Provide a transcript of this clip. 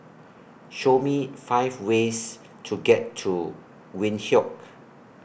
Show Me five ways to get to Windhoek